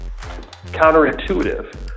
counterintuitive